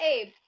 Abe